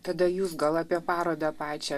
tada jūs gal apie parodą pačią